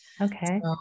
Okay